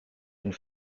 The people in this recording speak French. une